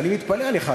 אני מתפלא עליך.